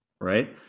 Right